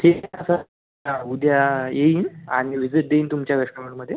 ठीक आहे ना सर उद्या येईन आणि विझिट देईन तुमच्या रेस्टॉरंटमध्ये